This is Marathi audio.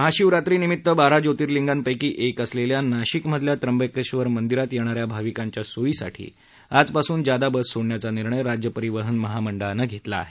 महाशिवरात्रीनिमित्त बारा ज्योतिर्लिंग पैकी एक असलेल्या नाशिकमधल्या त्र्यंबकेश्वर मंदिरात येणाऱ्या भाविकांच्या सोयीसाठी आजपासून जादा बस सोडण्याचा निर्णय राज्य परिवहन मंहामंडळानं घेतला आहेत